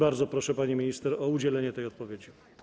Bardzo proszę, pani minister, o udzielenie tej odpowiedzi.